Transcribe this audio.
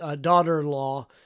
daughter-in-law